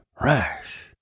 rash